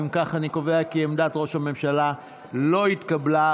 אם כך, אני קובע כי עמדת ראש הממשלה לא התקבלה.